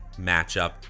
matchup